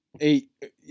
eight